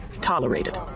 Tolerated